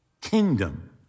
kingdom